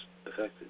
affected